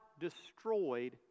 destroyed